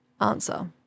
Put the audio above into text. answer